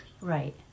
right